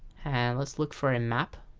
and let's look for a map.